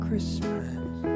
Christmas